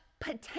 potential